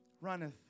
runneth